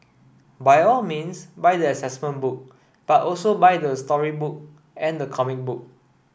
by all means buy the assessment book but also buy the storybook and the comic book